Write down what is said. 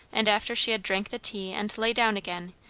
and after she had drank the tea and lay down again,